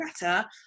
better